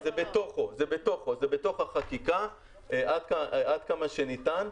לא, זה בתוך החקיקה עד כמה שניתן.